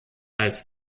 als